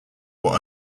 were